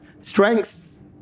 strengths